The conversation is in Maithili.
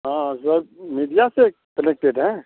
हँ सर मिडिआ से कनेक्टेड है